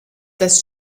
das